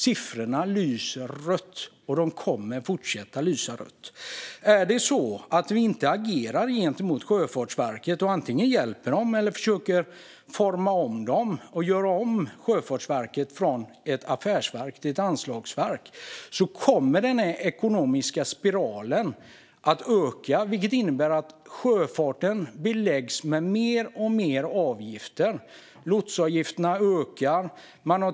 Siffrorna lyser rött, och de kommer att fortsätta lysa rött. Om vi inte agerar gentemot Sjöfartsverket och antingen hjälper dem eller försöker forma om dem och göra om Sjöfartsverket från ett affärsverk till ett anslagsverk kommer den ekonomiska spiralen att fortsätta, vilket innebär att sjöfarten beläggs med mer och mer avgifter. Lotsavgifterna ökar.